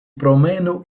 promenu